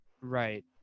Right